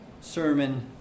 sermon